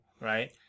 right